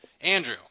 Andrew